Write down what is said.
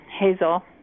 Hazel